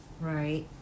Right